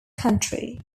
country